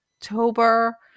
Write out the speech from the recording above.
October